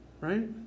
right